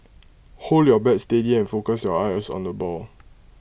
hold your bat steady focus your eyes on the ball